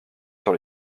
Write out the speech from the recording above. sur